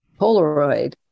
Polaroid